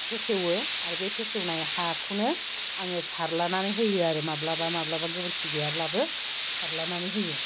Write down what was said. फेसेवो आरो बे फेसेवनाय हाखौनो आङो सारलानानै होयो आरो माब्लाबा माब्लाबा गोबोरखि गैयाब्लाबो सारलानानै होयो